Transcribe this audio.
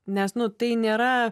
nes nu tai nėra